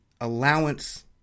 allowance